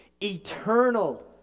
eternal